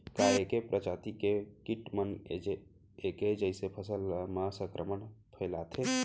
का ऐके प्रजाति के किट मन ऐके जइसे फसल म संक्रमण फइलाथें?